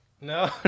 No